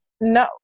No